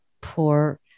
poor